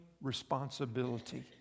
responsibility